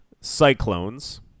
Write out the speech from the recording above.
Cyclones